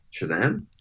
Shazam